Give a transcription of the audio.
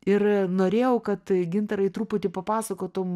ir norėjau kad gintarai truputį papasakotum